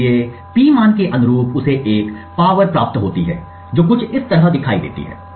इसलिए P मान के अनुरूप उसे एक शक्ति प्राप्त होती है जो कुछ इस तरह दिखाई देती है